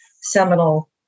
seminal